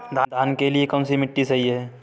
धान के लिए कौन सी मिट्टी सही है?